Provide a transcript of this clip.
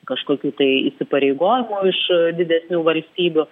kažkokių tai įsipareigojimų iš didesnių valstybių